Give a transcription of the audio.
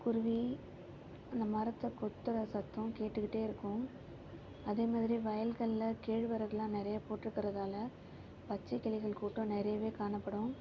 குருவி அந்த மரத்தை கொத்துர சத்தம் கேட்டுக்கிட்டே இருக்கும் அதே மாதிரியே வயல்களில் கேழ்வரகுலாம் நிறைய போட்டுருக்கறதால பச்சைக்கிளிகள் கூட்டம் நிறையவே காணப்படும்